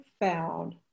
found